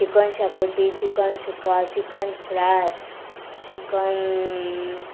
chicken xacuti chicken sukka chicken fry chicken